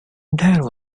there